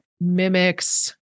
mimics